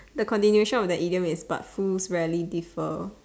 the continuation of the idiom is but fools rarely differ